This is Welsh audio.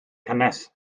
cynnes